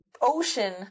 ocean